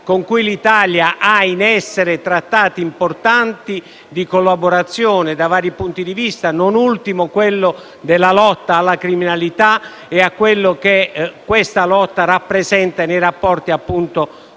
con cui l'Italia ha in essere trattati importanti di collaborazione, da vari punti di vista, non ultimo quello della lotta alla criminalità, con tutto ciò che tale lotta rappresenta, nei rapporti con il